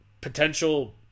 potential